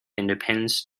independence